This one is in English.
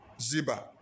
Ziba